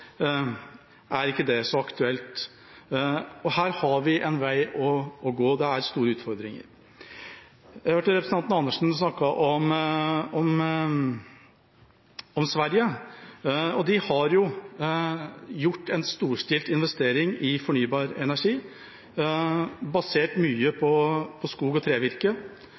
er ikke det så aktuelt. Her har vi en vei å gå. Det er store utfordringer. Jeg hørte representanten Dag Terje Andersen snakke om Sverige. De har jo gjort en storstilt investering i fornybar energi, mye basert på skog og trevirke.